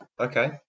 Okay